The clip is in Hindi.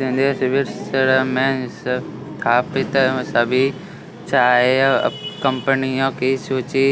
दिनेश विश्व में स्थापित सभी चाय कंपनियों की सूची